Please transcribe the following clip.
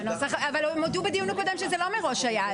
אבל הם הודו בדיון הקודם שזה לא מראש היה,